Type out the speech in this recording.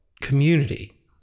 community